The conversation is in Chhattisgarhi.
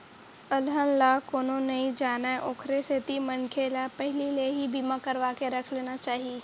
अलहन ला कोनो नइ जानय ओखरे सेती मनखे ल पहिली ले ही बीमा करवाके रख लेना चाही